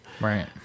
Right